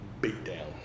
beatdown